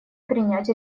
принять